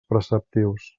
preceptius